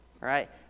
Right